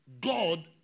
God